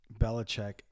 Belichick